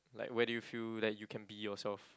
like where do you feel like you can be yourself